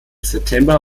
september